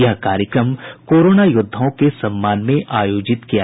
यह कार्यक्रम कोरोना योद्वाओं के सम्मान में आयोजित किया गया था